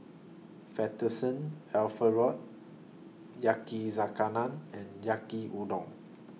Fettuccine Alfredo Yakizakana and Yaki Udon